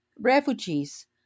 refugees